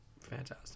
fantastic